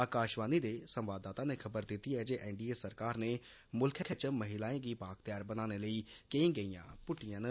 आकाशवाणी दे संवाददाता नै खबर दित्ती ऐ जे एनडीए सरकार नै मुल्खै च महिलाएं गी बाअख्तेयार बनाने लेई केई गैइयां पुट्टी दियां न